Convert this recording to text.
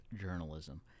journalism